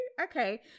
Okay